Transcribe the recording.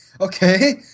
okay